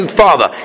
father